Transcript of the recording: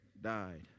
died